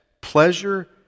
pleasure